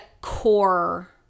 core